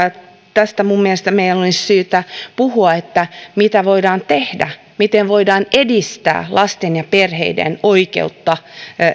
tästä minun mielestäni meidän olisi syytä puhua mitä voidaan tehdä miten voidaan edistää lasten ja perheiden oikeutta